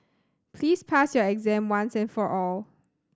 please pass your exam once and for all